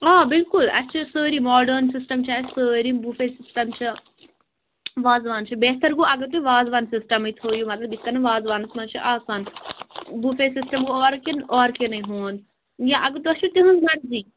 آ بِلکُل اَسہِ چھِ سٲری ماڈٲرٕن سِسٹَم چھِ اَسہِ سٲری بوٗفے سِسٹَم چھِ وازوان چھِ بہتر گوٚو اگر تُہۍ وازوان سِسٹَمٕے تھٲوِو مطلب یِتھٕ کٔنۍ وازوانَس منٛز چھِ آسان بوٗفے سِسٹَم اور کِنہٕ اورکِنٕے ہُنٛد یا اگر تۄہہِ چھُو تِہٕنٛز مرضی